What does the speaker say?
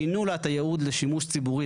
שינו לה את הייעוד לשימוש ציבורי.